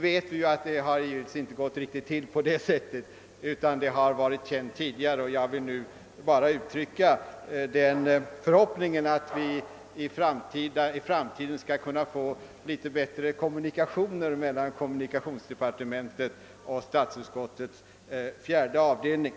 Vi vet att det givetvis inte gått till riktigt på detta sätt, utan att tanken på en proposition måste ha funnits tidigare i departementet. Jag vill nu bara uttrycka den förhoppningen att vi i framtiden skall få något bättre kommunikationer mellan kommunikationsdepartementet och statsutskottets fjärde avdelning.